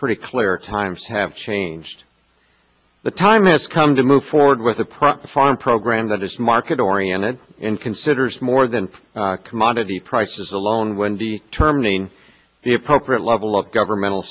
pretty clear times have changed the time has come to move forward with a proper farm program that is market oriented and considers more than commodity prices alone when the terminating the appropriate level of governmental